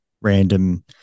random